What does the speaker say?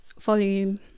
volume